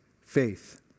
faith